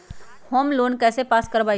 Home loan कैसे pass कर बाबई?